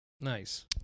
Nice